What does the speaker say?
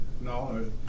No